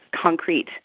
concrete